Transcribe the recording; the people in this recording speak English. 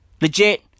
Legit